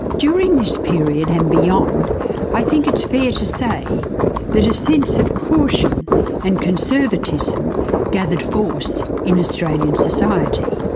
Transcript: during this period and beyond i think it's fair to say that a sense of caution and conservatism gathered force in australian society.